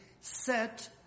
set